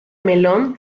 melón